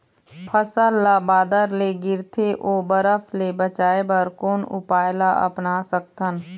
फसल ला बादर ले गिरथे ओ बरफ ले बचाए बर कोन उपाय ला अपना सकथन?